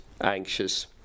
anxious